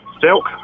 Silk